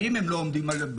ואם הם לא עומדים בקריטריונים,